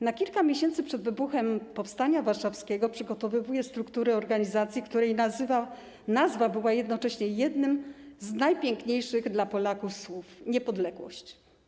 Na kilka miesięcy przed wybuchem powstania warszawskiego przygotował struktury organizacji, której nazwa była jednocześnie jednym z najpiękniejszych dla Polaków słów: Niepodległość.